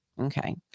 Okay